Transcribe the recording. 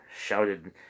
shouted